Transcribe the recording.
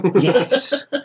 Yes